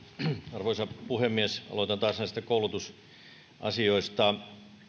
arvoisa puhemies aloitan taas näistä koulutusasioista